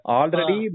already